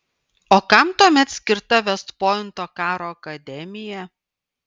o kam tuomet skirta vest pointo karo akademija